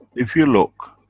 if you look,